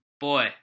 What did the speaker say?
Boy